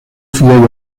vier